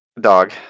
Dog